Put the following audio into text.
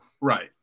Right